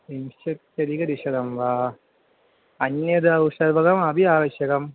विंशत्यधिकद्विशतं वा अन्यत् औषधम् अपि आवश्यकं